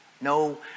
no